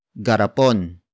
garapon